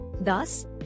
Thus